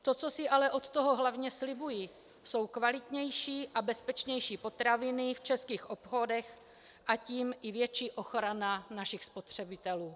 To, co si ale od toho hlavně slibuji, jsou kvalitnější a bezpečnější potraviny v českých obchodech, a tím i větší ochrana našich spotřebitelů.